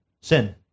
Sin